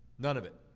none of it,